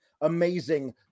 amazing